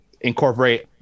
incorporate